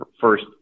first